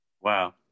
Wow